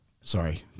Sorry